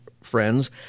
friends